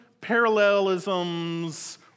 parallelisms